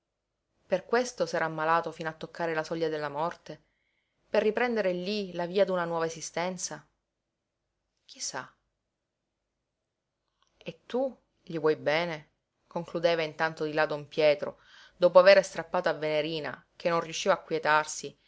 per questo s'era ammalato fino a toccare la soglia della morte per riprendere lí la via d'una nuova esistenza chi sa e tu gli vuoi bene concludeva intanto di là don pietro dopo avere strappato a venerina che non riusciva a quietarsi le